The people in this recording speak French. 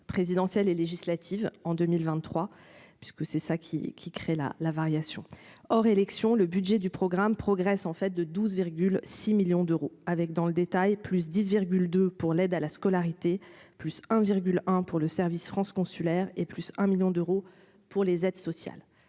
présidentielles et législatives en 2023 parce que c'est ça qui qui crée la la variation hors réélection le budget du programme progresse en fait de 12,6 millions d'euros avec, dans le détail, plus 10 2 pour l'aide à la scolarité plus un virgule, un pour le service France consulaire et plus un 1000000 d'euros pour les aides sociales